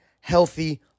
healthy